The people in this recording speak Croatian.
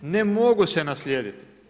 Ne mogu se naslijediti!